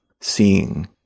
seeing